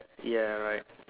ya right